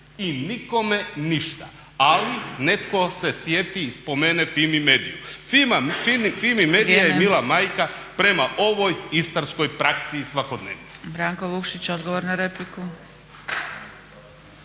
i nikome ništa. Ali netko se sjeti i spomene FIMI MEDIA-u. FIMI MEDIA je mila majka prema ovoj istarskoj praksi i svakodnevnici. **Zgrebec, Dragica